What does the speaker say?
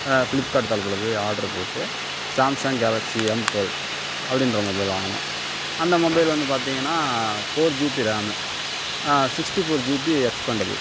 Flipkart தளத்தில் போய் order போட்டு சாம்சங் கேலக்சி எம் டுவல் அப்படின்ற மொபைல் வாங்கினோம் அந்த மொபைல் வந்து பார்த்திங்கனா four GB RAM sixty four GB expandable